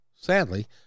Sadly